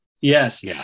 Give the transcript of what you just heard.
Yes